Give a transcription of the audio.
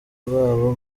rwabo